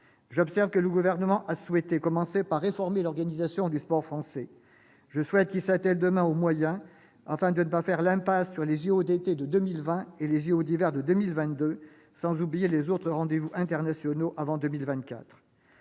J'observe que le Gouvernement a souhaité commencer par réformer l'organisation du sport français. Je souhaite qu'il s'attelle demain aux moyens, afin de ne pas faire l'impasse sur les jeux Olympiques d'été de 2020 et les jeux Olympiques d'hiver de 2022, sans oublier les autres rendez-vous internationaux avant 2024.